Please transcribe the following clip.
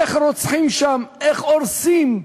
איך רוצחים שם, איך הורסים.